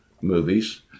movies